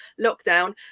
lockdown